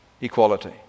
equality